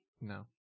No